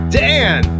dan